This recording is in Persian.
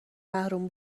محروم